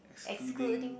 excluding